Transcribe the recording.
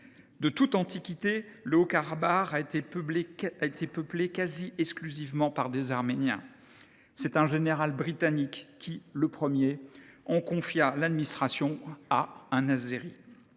De toute antiquité, le Haut Karabagh a été peuplé quasi exclusivement par des Arméniens. C’est un général britannique qui, le premier, en confia l’administration à un Azéri.